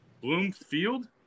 Bloomfield